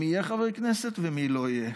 מי יהיה חבר כנסת ומי לא יהיה,